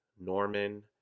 Norman